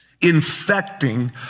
infecting